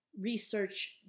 research